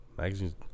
Magazines